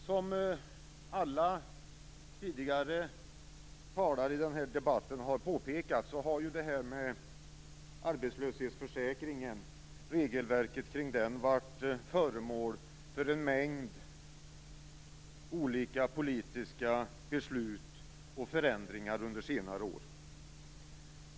Som alla tidigare talare i den här debatten har påpekat har arbetslöshetsförsäkringen och regelverket kring denna varit föremål för en mängd olika politiska beslut och förändringar under senare år.